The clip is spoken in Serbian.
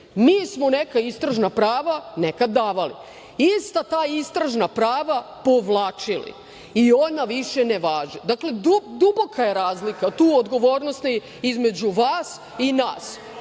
smo neka istražna prava nekad davali. Ista ta istražna prava povlačili i ona više ne važe. Dakle, duboka je razlika odgovornosti između vas i nas,